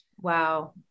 Wow